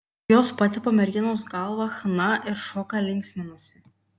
jos patepa merginos galvą chna ir šoka linksminasi